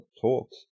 talks